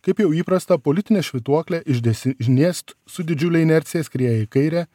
kaip jau įprasta politinė švytuoklė iš desinės su didžiule inercija skrieja į kairę